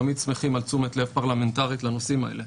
תמיד שמחים על תשומת לב פרלמנטרית לנושאים האלה,